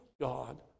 God